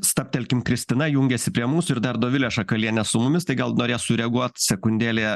stabtelkim kristina jungiasi prie mūsų ir dar dovilė šakalienė su mumis tai gal norės sureaguot sekundėlę